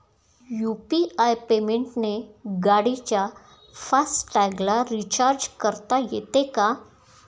UPI पेमेंटने गाडीच्या fast टॅगला रिर्चाज करता येते का?